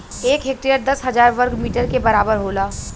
एक हेक्टेयर दस हजार वर्ग मीटर के बराबर होला